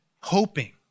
hoping